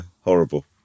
horrible